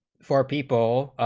for people,